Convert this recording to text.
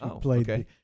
played